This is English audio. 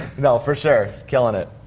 well, for sure, killin it.